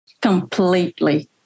Completely